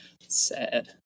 sad